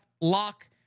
Lock